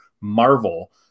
Marvel